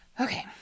Okay